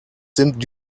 sind